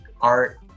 art